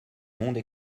monde